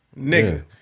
nigga